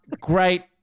Great